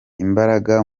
imbaraga